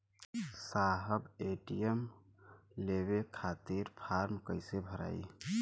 साहब ए.टी.एम लेवे खतीं फॉर्म कइसे भराई?